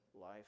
life